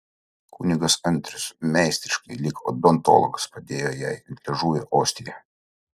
kunigas andrius meistriškai lyg odontologas padėjo jai ant liežuvio ostiją